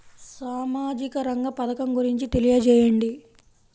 సామాజిక రంగ పథకం గురించి తెలియచేయండి?